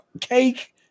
cake